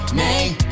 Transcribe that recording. name